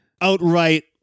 outright